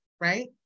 right